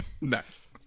Nice